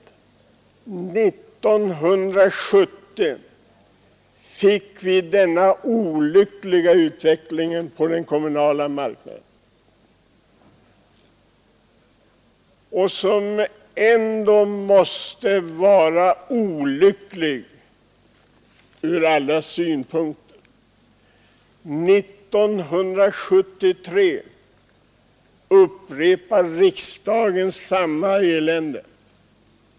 År 1970 fick vi på den kommunala sidan en utveckling som ändå måste vara olycklig ur alla synpunkter. År 1973 upprepar riksdagen samma elände.